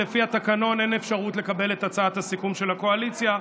שלפי התקנון אין אפשרות לקבל את הצעת הסיכום של הקואליציה,